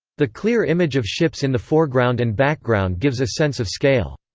the clear image of ships in the foreground and background gives a sense of scale.